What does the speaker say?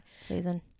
season